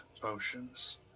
potions